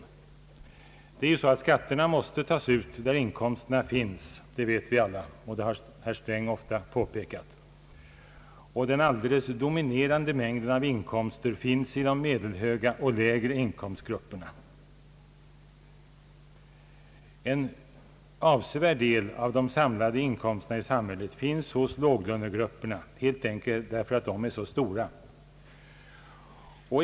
Vi vet alla att skatterna måste tas ut där inkomsterna finns. Det har också herr Sträng ofta påpekat. Och den alldeles dominerande mängden av inkomster finns i de medelhöga och lägre inkomstgrupperna. En avsevärd del av de samlade inkomsterna i samhället finns hos låglönegrupperna, helt enkelt för att de är så stora.